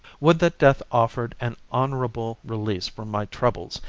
would that death offered an honourable release from my troubles,